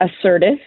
assertive